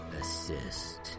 Assist